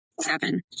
seven